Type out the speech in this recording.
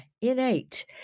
innate